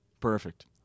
Perfect